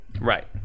Right